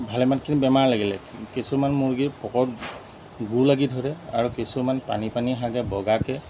ভালেমানখিনি বেমাৰ লাগিলে কিছুমান মুৰ্গীৰ পকত গু লাগি ধৰে আৰু কিছুমান পানী পানী হাগে বগাকৈ